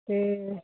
ਅਤੇ